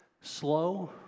Slow